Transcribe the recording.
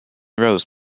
rows